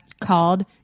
called